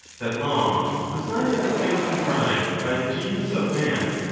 that law was neither a thing contrived by the genius of man,